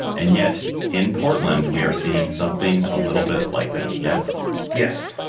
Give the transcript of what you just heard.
and yet in portland, we are seeing something a little bit like that. yes yes.